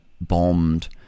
bombed